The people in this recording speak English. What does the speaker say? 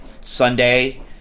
Sunday